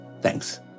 Thanks